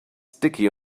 sticky